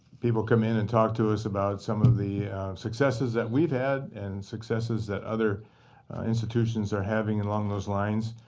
people come in and talk to us about some of the successes that we've had and successes that other institutions are having along those lines.